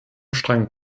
strang